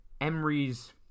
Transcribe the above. Emery's